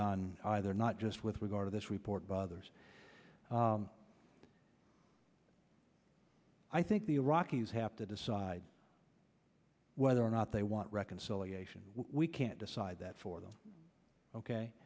done either not just with regard to this report by others i think the iraqis have to decide whether or not they want reconciliation we can't decide that for them ok